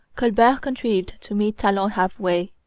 colbert contrived to meet talon half-way.